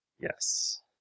Yes